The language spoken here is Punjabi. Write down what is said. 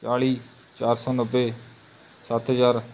ਚਾਲ੍ਹੀ ਚਾਰ ਸੌ ਨੱਬੇ ਸੱਤ ਹਜ਼ਾਰ